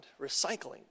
recycling